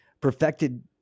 perfected